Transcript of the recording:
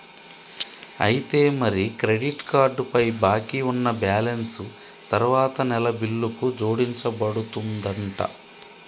అయితే మరి credit card పై బాకీ ఉన్న బ్యాలెన్స్ తరువాత నెల బిల్లుకు జోడించబడుతుందంట